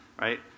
right